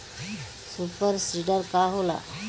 Super seeder का होला?